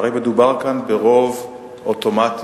הרי מדובר כאן ברוב אוטומטי,